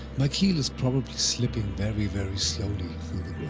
my keel is probably slipping very, very slowly through the